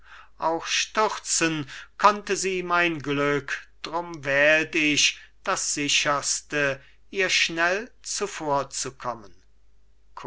auch stürzen konnte sie mein glück drum wählt ich das sicherste ihr schnell zuvor